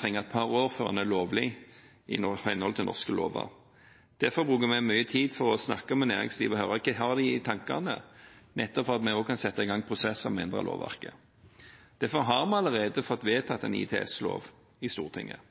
trenger et par år før den er lovlig i henhold til norske lover. Derfor bruker vi mye tid på å snakke med næringslivet og høre hva de har i tankene, nettopp for at vi kan sette i gang prosessen med å endre lovverket. Derfor har vi allerede fått vedtatt en ITS-lov i Stortinget.